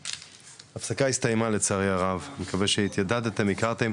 ההפסקה נגמרה לצערי הרב, מקווה שהתיידדתם והכרתם.